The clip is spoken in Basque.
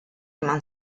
eman